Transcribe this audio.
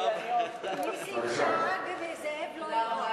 כבוד היושב-ראש,